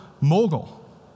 Mogul